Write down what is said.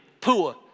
poor